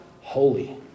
Holy